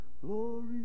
glory